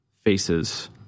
faces